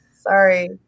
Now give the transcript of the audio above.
Sorry